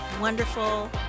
wonderful